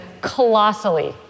colossally